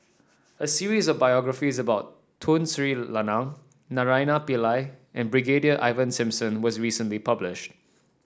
a series of biographies about Tun Sri Lanang Naraina Pillai and Brigadier Ivan Simson was recently published